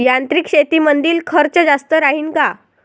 यांत्रिक शेतीमंदील खर्च जास्त राहीन का?